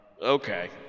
Okay